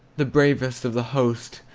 the bravest of the host,